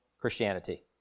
Christianity